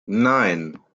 nein